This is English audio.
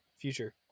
Future